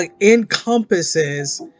encompasses